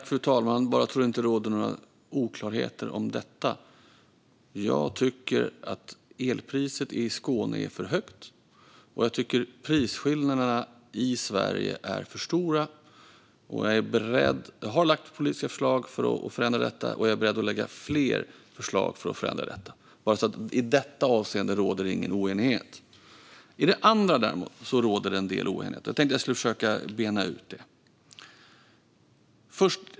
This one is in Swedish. Fru talman! Bara så att det inte råder några oklarheter om detta: Jag tycker att elpriset i Skåne är för högt. Jag tycker att prisskillnaderna i Sverige är för stora. Jag har lagt fram politiska förslag för att förändra detta, och jag är beredd att lägga fram fler förslag för att förändra detta. I detta avseende råder det ingen oenighet. I det andra däremot råder det en del oenigheter. Jag tänker försöka att bena ut det.